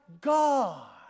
God